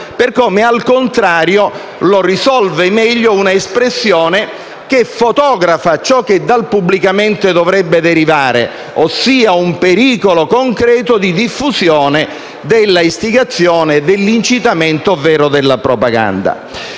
per come, al contrario, lo risolve meglio un'espressione che fotografa ciò che dal «pubblicamente» dovrebbe derivare, ossia un pericolo concreto di diffusione dell'istigazione, dell'incitamento o della propaganda.